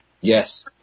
Yes